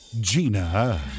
Gina